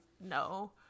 no